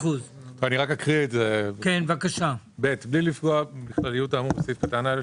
בלי לפגוע בכלליות האמור בסעיף קטן (א),